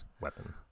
weapon